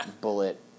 bullet